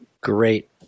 Great